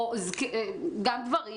וגם גברים